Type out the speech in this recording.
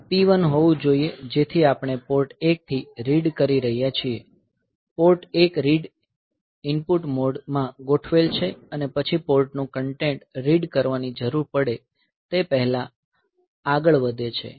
આ P1 હોવું જોઈએ જેથી આપણે પોર્ટ 1 થી રીડ કરી રહ્યા છીએ પોર્ટ 1 રીડ ઇનપુટ મોડ માં ગોઠવેલ છે અને પછી પોર્ટનું કન્ટેન્ટ રીડ કરવાની જરૂર પડે તે પહેલાં આગળ વધે છે